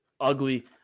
ugly